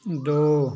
दो